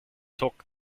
took